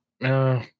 no